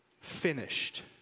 finished